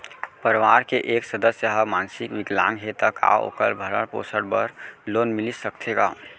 परवार के एक सदस्य हा मानसिक विकलांग हे त का वोकर भरण पोषण बर लोन मिलिस सकथे का?